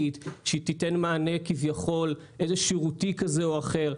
שתיתן מענה כביכול שירותי כזה או אחר.